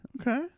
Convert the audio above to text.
Okay